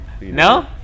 No